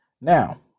now